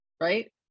right